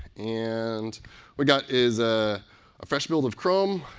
and we've got is a fresh build of chrome.